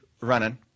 running